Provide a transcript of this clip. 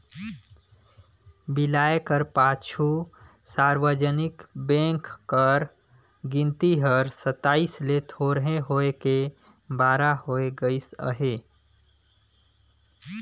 बिलाए कर पाछू सार्वजनिक बेंक कर गिनती हर सताइस ले थोरहें होय के बारा होय गइस अहे